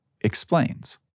explains